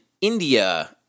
India